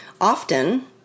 often